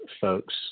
folks